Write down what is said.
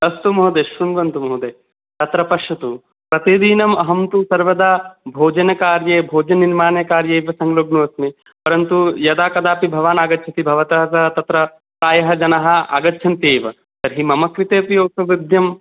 अस्तु महोदय शृण्वन्तु महोदय अत्र पश्यतु प्रतिदिनम् अहं तु सर्वदा भोजनकार्ये भोजननिर्माणकार्ये एव संलग्नोऽस्मि परन्तु यदा कदापि भवान् आगच्छति भवता सह तत्र प्रायः जनाः आगच्छन्त्येव तर्हि मम कृतेऽपि असौविध्यम्